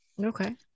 Okay